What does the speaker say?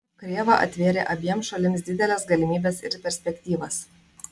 krėva atvėrė abiem šalims dideles galimybes ir perspektyvas